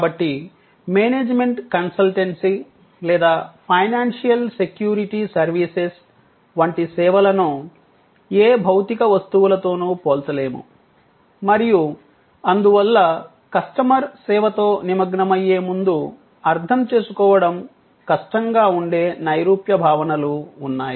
కాబట్టి management consultancy లేదా financial security services వంటి సేవలను ఏ భౌతిక వస్తువులతోనూ పోల్చలేము మరియు అందువల్ల కస్టమర్ సేవతో నిమగ్నమయ్యే ముందు అర్థం చేసుకోవడం కష్టంగా ఉండే నైరూప్య భావనలు ఉన్నాయి